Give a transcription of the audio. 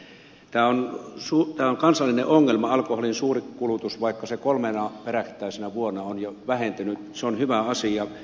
tämä alkoholin suuri kulutus on kansallinen ongelma vaikka se kolmena perättäisenä vuonna on jo vähentynyt mikä on hyvä asia